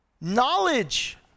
knowledge